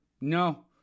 no